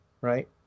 right